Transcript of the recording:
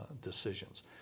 decisions